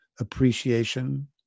appreciation